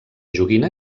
joguina